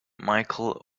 michael